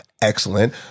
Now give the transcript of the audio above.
Excellent